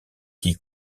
qui